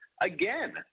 again